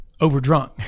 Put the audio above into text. overdrunk